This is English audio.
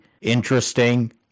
interesting